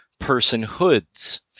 personhoods